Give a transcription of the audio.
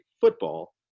football